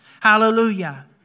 Hallelujah